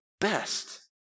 best